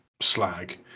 slag